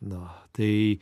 nu tai